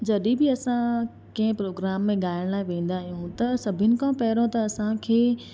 जॾहिं बि असां कंहिं प्रोग्राम में ॻाइण लाइ वेंदा आहियूं त सभिनि खां पहिरियों त असांखे